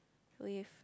with